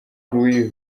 louis